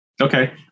okay